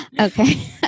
Okay